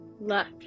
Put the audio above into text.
left